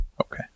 Okay